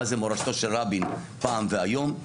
מה זה מורשתו של רבין פעם והיום.